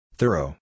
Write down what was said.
Thorough